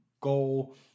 goal